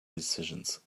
decisions